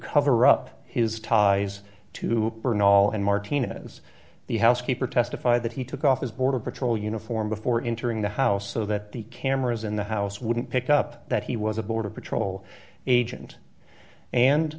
cover up his ties to burn all and martinez the housekeeper testified that he took off his border patrol uniform before entering the house so that the cameras in the house wouldn't pick up that he was a border patrol agent and